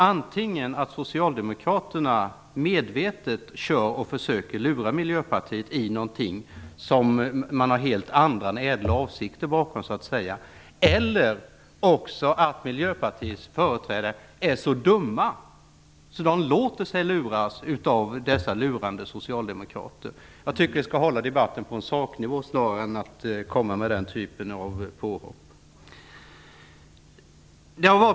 Antingen försöker socialdemokraterna medvetet lura i miljöpartisterna någonting där man har helt andra än ädla avsikter bakom, eller är Miljöpartiets företrädare så dumma att de låter sig luras av dessa lurande socialdemokrater. Jag tycker vi skall hålla debatten på en saknivå hellre än att komma med den typen av påhopp.